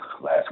last